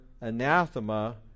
anathema